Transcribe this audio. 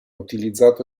utilizzato